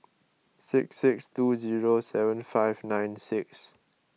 six six two zero seven five nine six